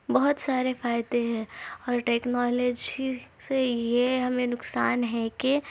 بہت سارے فائدے ہیں اور ٹکنالوجی سے یہ ہمیں نقصان ہے کہ